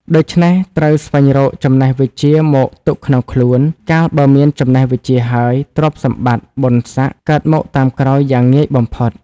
ដូច្នេះ ត្រូវស្វែងរកចំណេះវិជ្ជាមកទុកក្នុងខ្លួន កាលបើមានចំណេះវិជ្ជាហើយ ទ្រព្យសម្បត្តិ បុណ្យស័ក្តិ កើតមកតាមក្រោយយ៉ាងងាយបំផុត ។